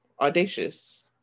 audacious